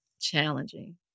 challenging